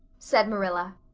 said marilla.